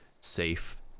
safe